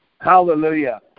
Hallelujah